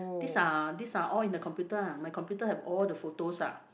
this are this are all in the computer ah my computer have all the photos ah